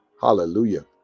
Hallelujah